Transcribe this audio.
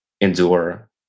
endure